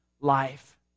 life